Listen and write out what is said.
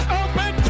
open